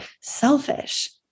selfish